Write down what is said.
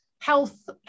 health